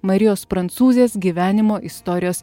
marijos prancūzės gyvenimo istorijos